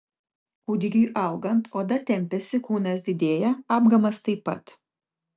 kūdikiui augant oda tempiasi kūnas didėja apgamas taip pat